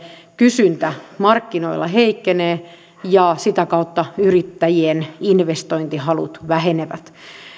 kysyntä markkinoilla heikkenee ja sitä kautta yrittäjien investointihalut vähenevät